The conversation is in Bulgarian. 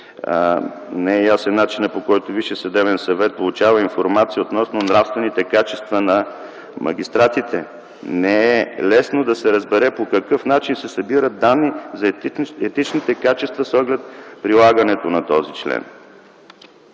„Не е ясен начинът, по който Висшият съдебен съвет получава информация относно нравствените качества на магистратите. Не е лесно да се разбере по какъв начин се събират данни за етичните качества с оглед прилагането на този член”.